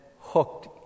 hooked